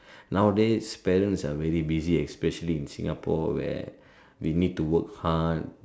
nowadays parents are very busy especially in Singapore where we need to work hard